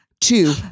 Two